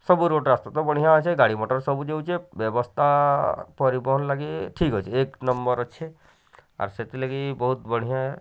ସବୁ ରୋଡ଼୍ ରାସ୍ତା ତ ବଢ଼ିଆଁ ଅଛେ ଗାଡ଼ି ମଟର୍ ସବୁ ଯାଉଚେ ବ୍ୟବସ୍ତା ପରିବହନ ଲାଗି ଠିକ୍ ଅଛି ଏକ୍ ନମ୍ବର ଅଛି ଆର୍ ସେଥିଲାଗି ବହୁତ୍ ବଢ଼ିଆଁ